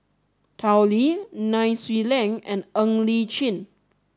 Tao Li Nai Swee Leng and Ng Li Chin